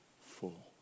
full